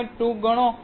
2 ગણો અથવા 1 બાય 0